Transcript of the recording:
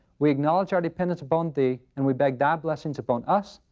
we acknowledge our dependence upon thee and we beg thy blessings upon us,